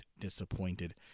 disappointed